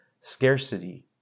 scarcity